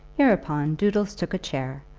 hereupon doodles took a chair,